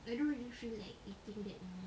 I don't really feel like eating that now